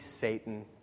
Satan